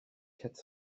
quatre